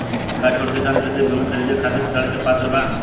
का छोट किसान कृषि भूमि खरीदे के खातिर ऋण के पात्र बा?